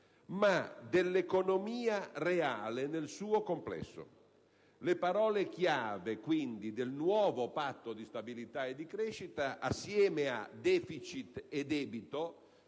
ma dell'economia reale nel suo complesso. Le parole chiave, quindi, del nuovo Patto di stabilità e di crescita insieme a deficit e debito